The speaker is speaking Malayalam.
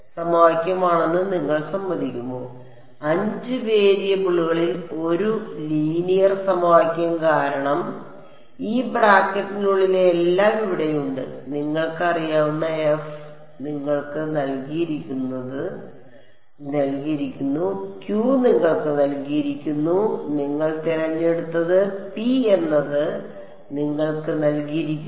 5 വേരിയബിളുകളിൽ ഒരു ലീനിയർ സമവാക്യം കാരണം ഈ ബ്രാക്കറ്റിനുള്ളിലെ എല്ലാം ഇവിടെയുണ്ട് നിങ്ങൾക്ക് അറിയാവുന്ന f നിങ്ങൾക്ക് നൽകിയിരിക്കുന്നു q നിങ്ങൾക്ക് നൽകിയിരിക്കുന്നു നിങ്ങൾ തിരഞ്ഞെടുത്തത് p എന്നത് നിങ്ങൾക്ക് നൽകിയിരിക്കുന്നു